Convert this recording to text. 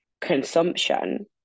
consumption